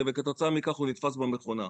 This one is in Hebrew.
וכתוצאה מכך הוא נתפס במכונה.